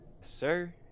sir